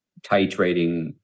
titrating